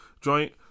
joint